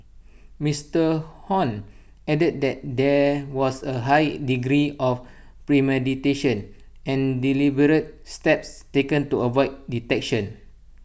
Mister Hon added that there was A high degree of premeditation and deliberate steps taken to avoid detection